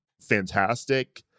fantastic